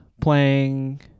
playing